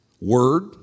Word